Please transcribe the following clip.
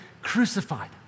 Crucified